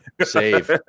Save